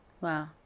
Wow